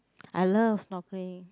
I love snorkeling